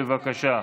בבקשה.